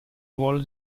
ruolo